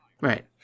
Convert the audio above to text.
Right